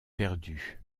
perdu